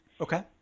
Okay